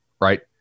Right